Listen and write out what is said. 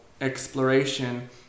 exploration